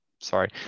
sorry